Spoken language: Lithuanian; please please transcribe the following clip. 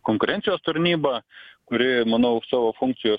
konkurencijos tarnybą kuri manau savo funkcijos